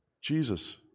Jesus